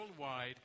worldwide